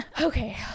Okay